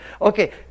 Okay